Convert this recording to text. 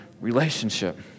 relationship